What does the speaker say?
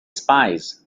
spies